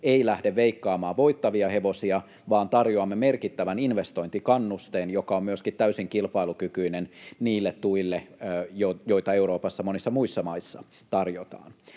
ei lähde veikkaamaan voittavia hevosia, vaan tarjoamme merkittävän investointikannusteen, joka on myöskin täysin kilpailukykyinen niille tuille, joita Euroopassa monissa muissa maissa tarjotaan.